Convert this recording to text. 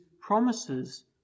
promises